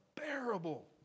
unbearable